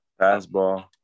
fastball